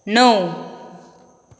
णव